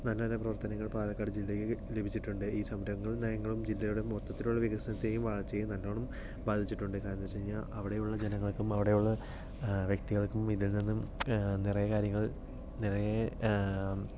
നല്ല നല്ല പ്രവർത്തനങ്ങൾ പാലക്കാട് ജില്ലയിൽ ലഭിച്ചിട്ടുണ്ട് ഈ സംരംഭങ്ങൾ നയങ്ങളും ജില്ലയുടെ മൊത്തത്തിലുള്ള വികസനത്തെയും വളർച്ചയേയും നല്ലോണം ബാധിച്ചിട്ടുണ്ട് കാരണം എന്നു വച്ച് കഴിഞ്ഞാൽ അവിടെയുള്ള ജനങ്ങൾക്കും അവിടെയുള്ള വ്യക്തികൾക്കും ഇതിൽ നിന്നും നിറയെ കാര്യങ്ങൾ നിറയെ